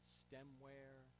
stemware